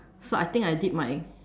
so I think I did my